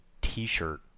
t-shirt